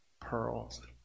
pearls